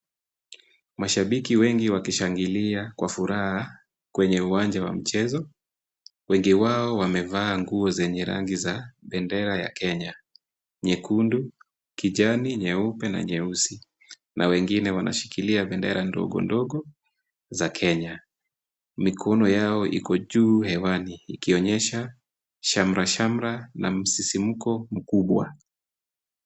Mashabiki wengi wakishangilia kwa furaha, kwenye uwanja wa michezo. Wengi wao wamevaa nguo zenye rangi za bendera ya Kenya, nyekundu, kijani, nyeupe na nyeusi. Na wengine wanashikilia bendera ndogo ndogo za Kenya. Mikono yao iko juu ya hewani, ikionyesha shamrashamra na msisimko mkubwa.